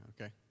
Okay